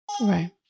Right